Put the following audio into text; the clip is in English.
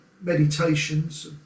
meditations